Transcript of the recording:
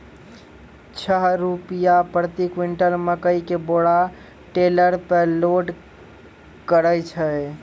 छह रु प्रति क्विंटल मकई के बोरा टेलर पे लोड करे छैय?